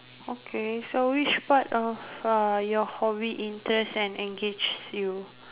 okay so which part of uh your hobby interests and engages you